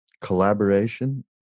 collaboration